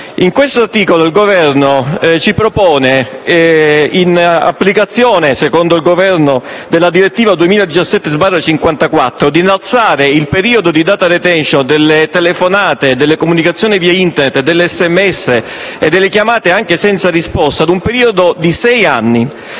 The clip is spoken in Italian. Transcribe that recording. Nell'articolo 23 il Governo ci propone, in applicazione - secondo il Governo - della direttiva 2017/54, di innalzare il periodo di *data retention* delle telefonate, delle comunicazioni via Internet, degli SMS e delle chiamate (anche senza risposta) a un periodo di sei anni.